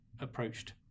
approached